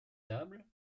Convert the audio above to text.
table